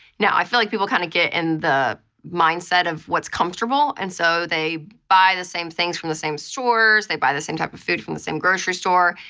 now, i feel like people kind of get in the mindset of what's comfortable. and so they buy the same things from the same stores. they buy the same type of food from the same grocery store.